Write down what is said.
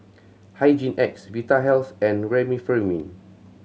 Hygin X Vitahealth and Remifemin